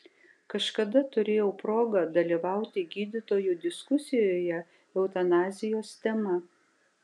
kažkada turėjau progą dalyvauti gydytojų diskusijoje eutanazijos tema